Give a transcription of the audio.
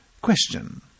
Question